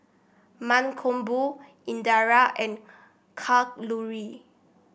Mankombu Indira and Kalluri